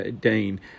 Dean